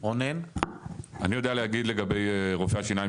אני יודע להגיד לגבי רופאי השיניים